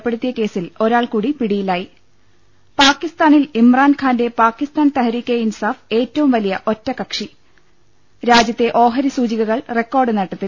പ്പെടുത്തിയ കേസിൽ ഒരാൾകൂടി പിടിയിലായി പാകിസ്താനിൽ ഇമ്രാൻഖാന്റെ പാകിസ്താൻ തെഹ്രികെ ഇൻസാഫ് ഏറ്റവും വലിയ ഒറ്റക്കക്ഷി രാജ്യത്തെ ഓഹരി സൂചികകൾ റെക്കോർഡ് നേട്ടത്തിൽ